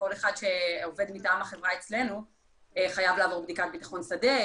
כל אחד שעובד מטעם החברה אצלנו חייב לעבור בדיקת ביטחון שדה.